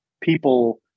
people